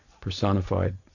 personified